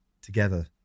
together